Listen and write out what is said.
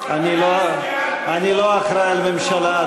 אני לא אחראי לממשלה,